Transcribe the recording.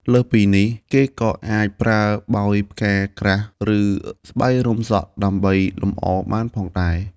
លើសពីនេះ គេក៏អាចប្រើបោយផ្កា ក្រាស់ ឬស្បៃរុំសក់ដើម្បីលម្អបានផងដែរ។